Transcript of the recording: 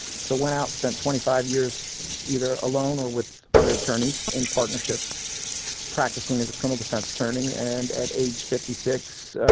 so went out, spent twenty five years either alone or with other attorneys in partnerships practicing as a criminal defense attorney. and at age fifty six,